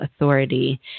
authority